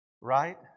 Right